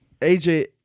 AJ